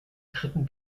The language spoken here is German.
dritten